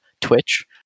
twitch